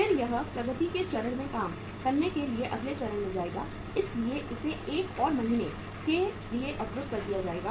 फिर यह प्रगति के चरण में काम करने के लिए अगले चरण में जाएगा इसलिए इसे 1 और महीने के लिए अवरुद्ध कर दिया जाएगा